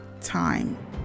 time